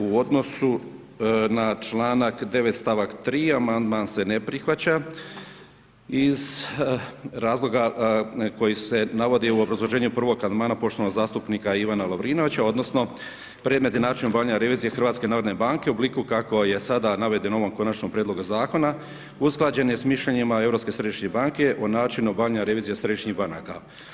U odnosu na čl. 9. st. 3. amandman se ne prihvaća iz razloga koji se navodi u obrazloženju prvog amandmana poštovanog zastupnika Ivana Lovrinovića odnosno predmet i način obavljanja revizije HNB-a u obliku kako je sada navedeno u ovom konačnom prijedlogu zakona, usklađen je s mišljenjima Europske središnje banke o načinu obavljanja revizije središnjih banaka.